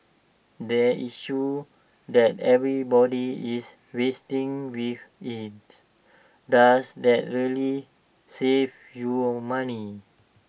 the issue that everybody is wrestling with is does that really save you money